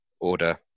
order